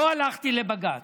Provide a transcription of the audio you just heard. לא הלכתי לבג"ץ,